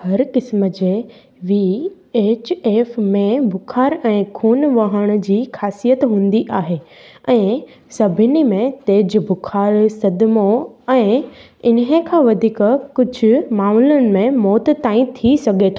हर क़िस्म जे वी एच एफ में बुखार ऐं खून वहण जी ख़ासियत हूंदी आहे ऐं सभिनी में तेज़ु बुखार सदिमो ऐं इन खां वधीक कुझु मामलनि में मौत ताईं थी सघे थो